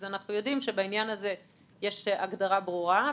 אנחנו יודעים שבעניין הזה יש הגדרה ברורה,